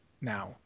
now